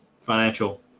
financial